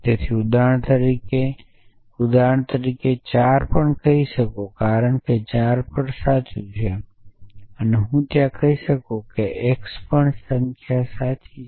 તેથી હું ઉદાહરણ તરીકે ઉદાહરણ તરીકે 4 પણ કહી શકું છું કારણ કે 4 પણ સાચું છે હું ત્યાં કહી શકું છું અને x પણ સંખ્યા સાચી છે